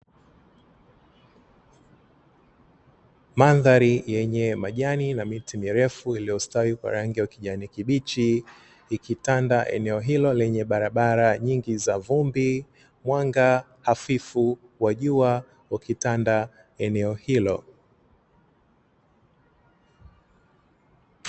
Mandhari yenye majani na miti mirefu iliyostawi kwa rangi ya kijani kibichi ikitanda eneo hilo lenye barabara nyingi za vumbi, mwanga hafifu wa jua ukitanda eneo hilo.